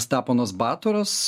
steponas batoras